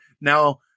now